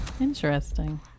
Interesting